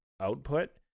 output